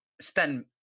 spend